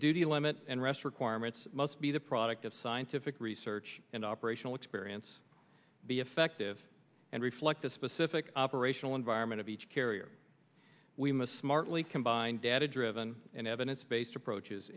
duty limit and rest requirements must be the product of scientific research and operational experience be effective and reflect the specific operational environment of each carrier we must smartly combine data driven and evidence based approaches